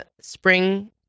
spring